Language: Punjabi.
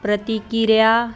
ਪ੍ਰਤੀਕਿਰਿਆ